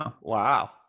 Wow